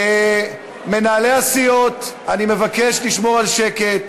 מנהלי הסיעות, אני מבקש לשמור על שקט,